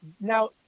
now